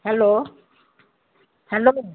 hello hello